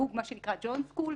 נהוג מה שנקרא John School.